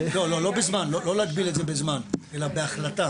לא בזמן, לא להגביל את זה בזמן, אלא בהחלטה.